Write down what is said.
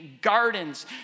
gardens